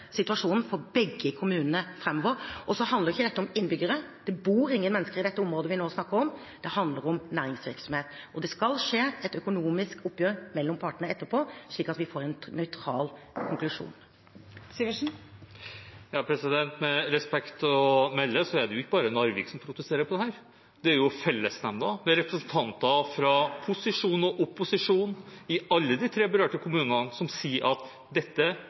situasjonen for begge kommunene framover. Og så handler ikke dette om innbyggere, det bor ingen mennesker i dette området vi nå snakker om, det handler om næringsvirksomhet. Det skal skje et økonomisk oppgjør mellom partene etterpå, slik at vi får en nøytral konklusjon. Eirik Sivertsen – til oppfølgingsspørsmål. Med respekt å melde: Det er jo ikke bare Narvik som protesterer på dette; det er fellesnemnda, det er representanter fra posisjon og opposisjon i alle de tre berørte kommunene som sier at dette